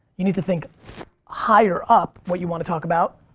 you need to think higher up what you want to talk about,